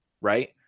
right